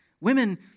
Women